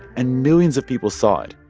and millions of people saw it.